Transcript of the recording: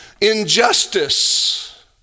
injustice